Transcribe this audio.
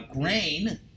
grain